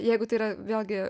jeigu tai yra vėlgi